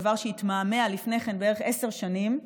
הדבר התמהמה לפני כן בערך עשר שנים,